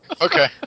Okay